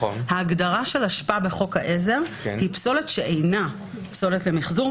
ההגדרה של אשפה בחוק העזר היא: פסולת שאינה פסולת למחזור,